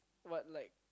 what like